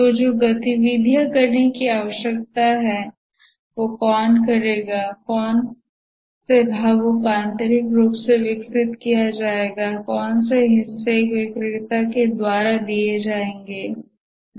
तो जो गतिविधियाँ करने की आवश्यकता है वो कौन करेगा कौन से भागों को आंतरिक रूप से विकसित किया जाएगा कौन से हिस्से एक विक्रेता द्वारा दिए जाएंगे आदि